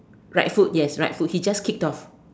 right foot yes right foot he just kicked off